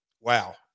Wow